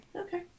Okay